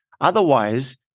Otherwise